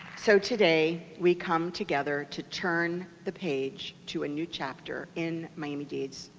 so today we come together to turn the page to a new chapter in miami deeds,